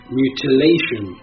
mutilation